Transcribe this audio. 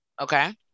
Okay